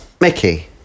Mickey